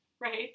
Right